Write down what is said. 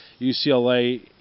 UCLA